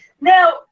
Now